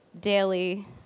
daily